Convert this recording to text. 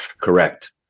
Correct